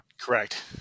Correct